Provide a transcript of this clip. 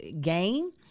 game